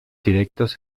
directos